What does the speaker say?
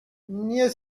nie